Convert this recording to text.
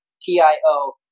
T-I-O